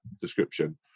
description